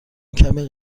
کمی